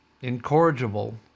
incorrigible